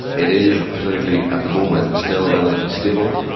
it is politically at the moment still relatively stable.